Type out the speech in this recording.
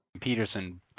Peterson